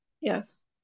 Yes